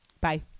Bye